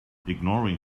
ignoring